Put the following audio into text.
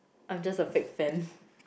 I'm just a fake fan